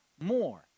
more